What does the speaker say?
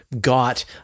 got